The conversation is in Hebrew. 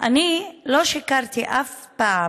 אני לא שיקרתי אף פעם,